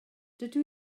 dydw